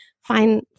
fine